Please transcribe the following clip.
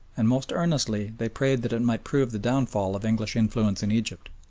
and most earnestly they prayed that it might prove the downfall of english influence in egypt.